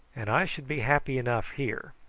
and i should be happy enough here.